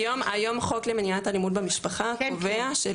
היום החוק למניעת אלימות במשפחה קובע,